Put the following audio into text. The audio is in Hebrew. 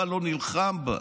צבא לא נלחם בה.